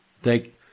Thank